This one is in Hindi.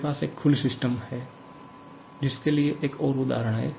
मेरे पास एक खुली सिस्टम के लिए एक और उदाहरण है